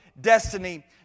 destiny